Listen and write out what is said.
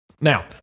Now